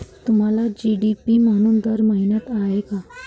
तुम्हाला जी.डी.पी मधून दर माहित आहे का?